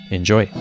Enjoy